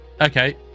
okay